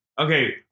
okay